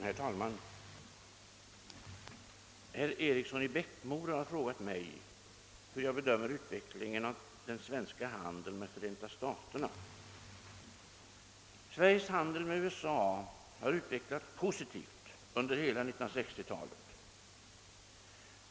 Herr talman! Herr Eriksson i Bäckmora har frågat mig hur jag bedömer utvecklingen av den svenska handeln med Förenta staterna. Sveriges handel med USA har utvecklats positivt under hela 1960-talet.